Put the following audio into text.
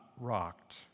rocked